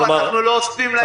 אנחנו לא אוספים להם מיסים.